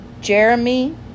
jeremy